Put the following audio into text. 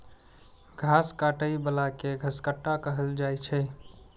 घास काटै बला कें घसकट्टा कहल जाइ छै